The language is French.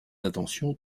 attention